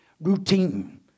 Routine